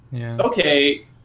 okay